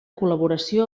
col·laboració